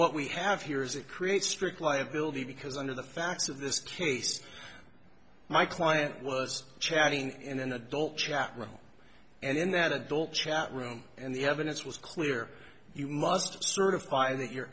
what we have here is it creates strict liability because under the facts of this case my client was chatting in an adult chat room and in that adult chat room and the evidence was clear you must certify that you're